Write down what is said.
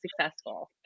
successful